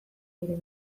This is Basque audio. ere